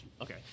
Okay